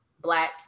black